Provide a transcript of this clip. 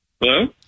Hello